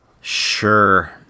Sure